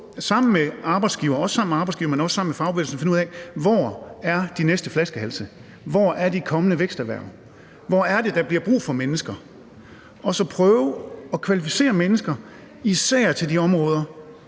sammen med arbejdsgiverne, men også sammen med fagbevægelsen, at finde ud af, hvor de næste flaskehalse er, hvor de kommende væksterhverv er, hvor det er, der bliver brug for mennesker, og så prøve at kvalificere mennesker især til de områder,